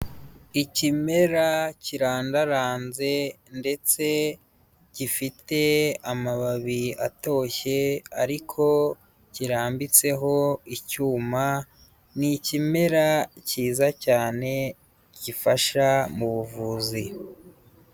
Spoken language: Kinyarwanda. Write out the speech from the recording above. Ikimera kirandaranze ndetse gifite amababi atoshye ariko kirambitseho icyuma, ni ikimera cyiza cyane gifasha mu buvuzi.